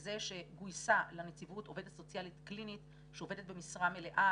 וזה שגויסה לנציבות עובדת סוציאלית קלינית שעובדת במשרד מלאה